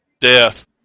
death